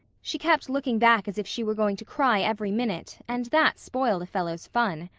she kept looking back as if she were going to cry every minute, and that spoiled a fellow's fun.